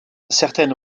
certaines